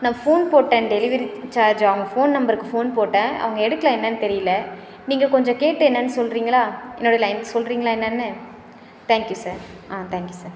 நான் ஃபோன் போட்டேன் delivery charge அவங்க ஃபோன் நம்பருக்கு ஃபோன் போட்டேன் அவங்க எடுக்கல என்னென்னு தெரியல நீங்கள் கொஞ்சம் கேட்டு என்னென்னு சொல்கிறீங்களா என்னோடய லைன் சொல்கிறீங்களா என்னன்னு தேங்க்யூ சார் ஆ தேங்க்யூ சார்